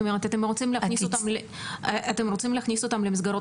אתם רוצים להכניס אותם למסגרות